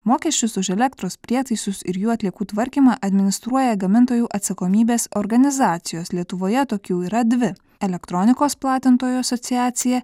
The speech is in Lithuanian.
mokesčius už elektros prietaisus ir jų atliekų tvarkymą administruoja gamintojų atsakomybės organizacijos lietuvoje tokių yra dvi elektronikos platintojų asociacija